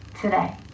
today